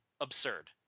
absurd